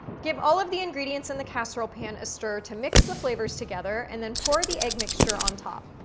give all of the ingredients in the casserole pan a stir to mix the flavors together, and then pour the egg mixture on top